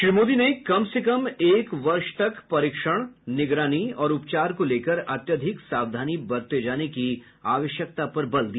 श्री मोदी ने कम से एक वर्ष तक परीक्षण निगरानी और उपचार को लेकर अत्यधिक सावधानी बरतने जाने की आवश्यकता पर बल दिया